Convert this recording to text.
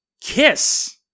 kiss